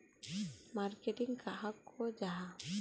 Marketing कहाक को जाहा?